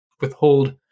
withhold